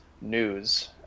news